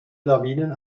lawinen